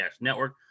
Network